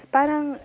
Parang